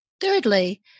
Thirdly